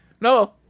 No